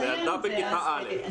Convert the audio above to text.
ילדה בכיתה א'.